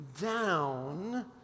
down